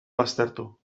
baztertu